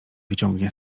wyciągnie